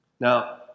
Now